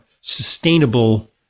sustainable